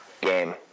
game